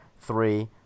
three